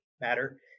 matter